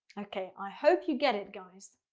okay? i hope you get it, guys.